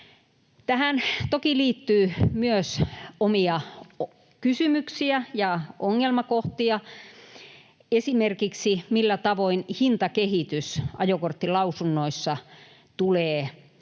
Tähän toki liittyy myös omia kysymyksiä ja ongelmakohtia, esimerkiksi millä tavoin hintakehitys ajokorttilausunnoissa tulee